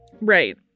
Right